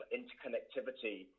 interconnectivity